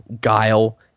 guile